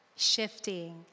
shifting